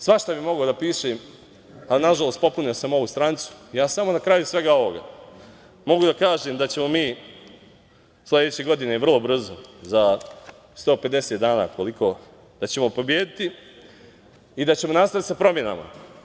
Svašta bih mogao da pišem, ali, nažalost, popunio sam ovu stranicu i na kraju svega ovoga mogu da kažem da ćemo mi sledeće godine vrlo brzo, za 150 dana, da ćemo pobediti i da ćemo nastaviti sa promenama.